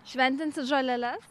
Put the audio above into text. šventinsit žoleles